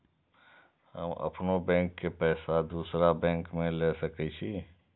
हम अपनों बैंक के पैसा दुसरा बैंक में ले सके छी?